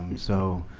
so